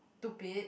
stupid